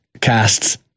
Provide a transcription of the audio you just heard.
casts